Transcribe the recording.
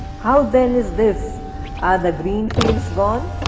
how then is this? are the green fields gone?